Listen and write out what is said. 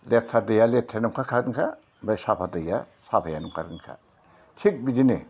लेथ्रा दैया लेथ्रायानो ओंखारखागोनखा ओमफ्राय साफा दैया साफायानो ओंखारगोनखा थिख बिदिनो